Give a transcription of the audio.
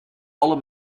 alle